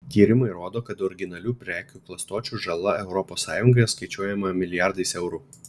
tyrimai rodo kad originalių prekių klastočių žala europos sąjungoje skaičiuojama milijardais eurų